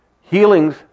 healings